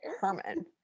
Herman